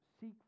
Seek